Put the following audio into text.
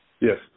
Yes